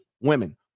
women